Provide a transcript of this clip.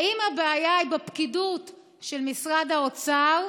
האם הבעיה היא בפקידות של משרד האוצר,